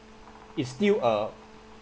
is still a